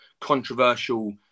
controversial